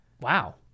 Wow